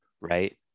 Right